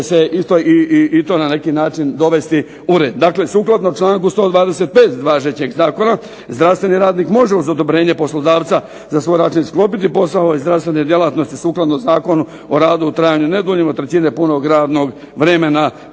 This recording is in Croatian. će se i to na neki način dovesti u red. Dakle, sukladno članku 125. važećeg zakona, zdravstveni radnik može uz odobrenje poslodavca ... svoj ... sklopiti posao i zdravstvene djelatnosti sukladno Zakonu o radu u trajanju ne duljem od trećine punog radnog vremena